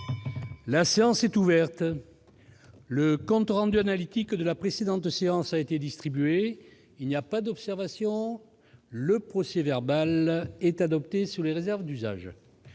La séance est ouverte.. Le compte rendu analytique de la précédente séance a été distribué. Il n'y a pas d'observation ?... Le procès-verbal est adopté sous les réserves d'usage.